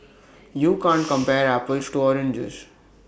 you can't compare apples to oranges